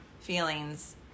feelings